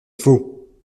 faux